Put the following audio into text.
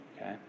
Okay